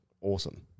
Awesome